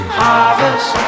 harvest